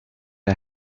are